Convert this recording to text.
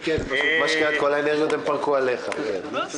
כל האנרגיות הם פרקו עליו.